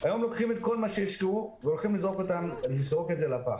היום לוקחים את כל מה שעשו וזורקים את זה לפח.